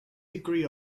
degree